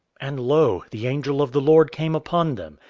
and lo! the angel of the lord came upon them,